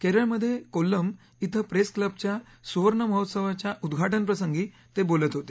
केरळमध्ये कोल्लम ििं प्रेस क्लबच्या सुवर्ण महोत्सवाच्या उद्घाटनप्रसंगी ते बोलत होते